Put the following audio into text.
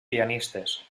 pianistes